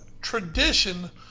tradition